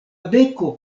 beko